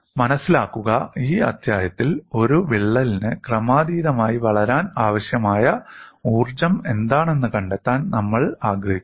മനസിലാക്കുക ഈ അധ്യായത്തിൽ ഒരു വിള്ളലിന് ക്രമാതീതമായി വളരാൻ ആവശ്യമായ ഊർജ്ജം എന്താണെന്ന് കണ്ടെത്താൻ നമ്മൾ ആഗ്രഹിക്കുന്നു